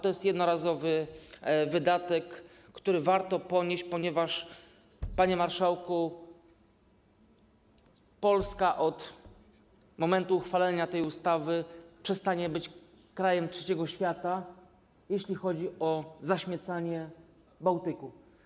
To jest jednorazowy wydatek, który warto ponieść, ponieważ, panie marszałku, Polska od momentu uchwalenia tej ustawy przestanie być krajem Trzeciego Świata, jeśli chodzi o zaśmiecanie Bałtyku.